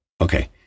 Okay